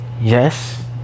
Yes